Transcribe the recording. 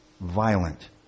violent